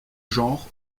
genre